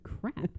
crap